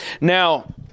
Now